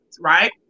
right